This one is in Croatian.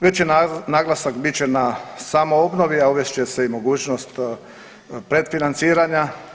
Veći naglasak bit će na samo obnovi, a uvest će se i mogućnost predfinanciranja.